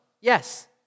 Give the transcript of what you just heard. Yes